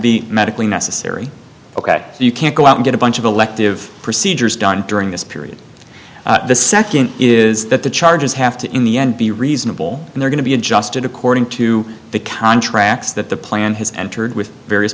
be medically necessary ok so you can't go out and get a bunch of elective procedures done during this period the second is that the charges have to in the end be reasonable and they're going to be adjusted according to the contracts that the plan has entered with various